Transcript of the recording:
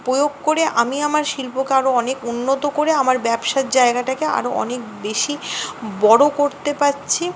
প্রয়োগ করে আমি আমার শিল্পকে আরো অনেক উন্নত করে আমার ব্যবসার জায়গাটাকে আরো অনেক বেশি বড়ো করতে পারছি